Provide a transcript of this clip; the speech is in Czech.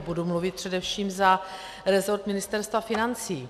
Budu mluvit především za rezort Ministerstva financí.